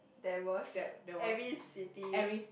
there was every city